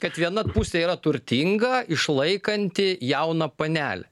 kad viena pusė yra turtinga išlaikanti jauną panelę